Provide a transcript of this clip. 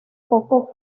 poco